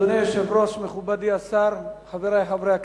אדוני היושב-ראש, מכובדי, השר, חברי חברי הכנסת,